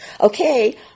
Okay